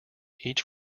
each